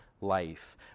life